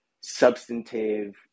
substantive